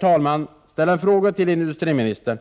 Jag vill ställa en fråga till industriministern: